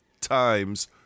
Times